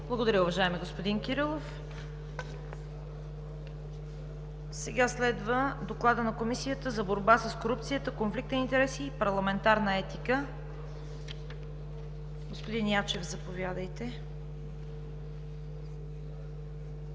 Благодаря, уважаеми господин Кирилов. Следва Доклад на Комисията за борба с корупцията, конфликт на интереси и парламентарна етика. Господин Ячев, заповядайте.